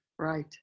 Right